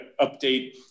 update